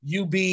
UB